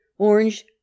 Orange